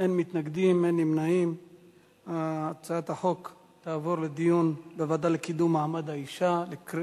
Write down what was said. נא לגשת להצבעה ההצעה להעביר את הצעת חוק למניעת הטרדה מינית (תיקון מס'